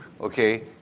Okay